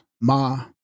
ma